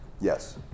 yes